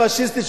הפאשיסטית,